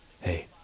hey